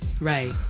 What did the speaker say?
right